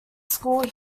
school